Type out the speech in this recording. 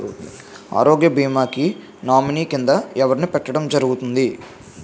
ఆరోగ్య భీమా కి నామినీ కిందా ఎవరిని పెట్టడం జరుగతుంది?